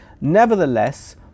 nevertheless